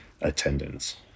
attendance